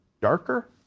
darker